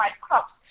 crops